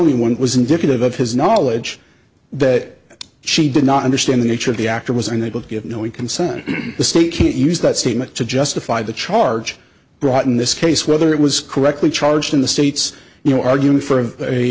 what was indicative of his knowledge that she did not understand the nature of the actor was unable to give you know we consent the state can't use that statement to justify the charge brought in this case whether it was correctly charged in the states you know arguing for a